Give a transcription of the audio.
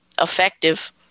effective